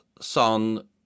Son